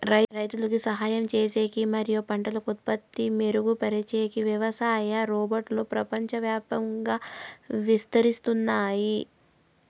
రైతులకు సహాయం చేసేకి మరియు పంటల ఉత్పత్తి మెరుగుపరిచేకి వ్యవసాయ రోబోట్లు ప్రపంచవ్యాప్తంగా విస్తరిస్తున్నాయి